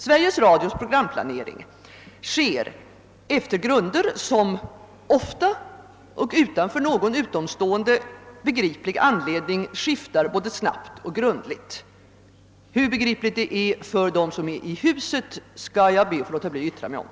Sveriges Radios programplanering äger rum efter grunder, som ofta och utan för någon utomstående begriplig anledning skiftar både snabbt och radikalt. Hur begripliga dessa grun der är för dem som arbetar i huset, ber jag att få slippa uttala mig om.